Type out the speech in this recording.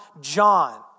John